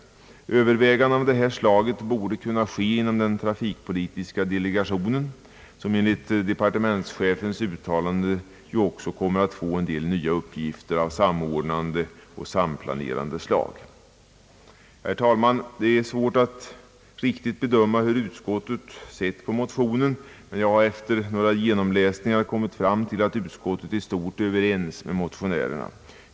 Överväganden av detta slag borde kunna ske inom den trafikpolitiska delegationen, som enligt departementschefens uttalande också kommer att få en del nya uppgifter av samordnande och samplanerande art. Herr talman! Det är svårt att riktigt bedöma hur utskottet sett på motionen, men efter några genomläsningar har jag kommit fram till att utskottet i stort är överens med motionärerna.